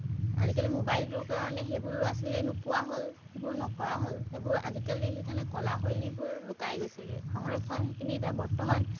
আজিকালি ম'বাইলটোৰ কাৰণে সেইবোৰ ল'ৰা ছোৱালীয়ে নোপোৱা হ'ল সেইবোৰ নকৰা হ'ল সেইবোৰ আজিকালি সেইকাৰণে কলা শৈলীবোৰ লুকাই গৈছেগে সংৰক্ষণ সেইখিনি এতিয়া বৰ্তমান